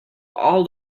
all